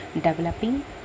developing